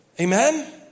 Amen